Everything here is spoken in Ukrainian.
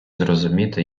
зрозуміти